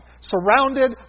Surrounded